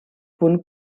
punt